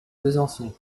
besançon